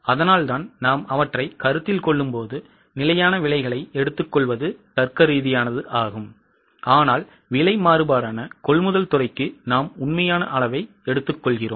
அதனால்தான் நாம் அவற்றை கருத்தில் கொள்ளும்போது நிலையான விலைகளை எடுத்துக்கொள்வது தர்க்கரீதியானது ஆனால் விலை மாறுபாடான கொள்முதல் துறைக்கு நாம் உண்மையான அளவை எடுத்துக்கொள்கிறோம்